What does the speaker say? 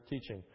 teaching